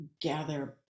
gather